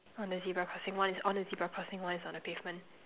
on the zebra crossing one is on the zebra crossing one is on the pavement